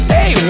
Hey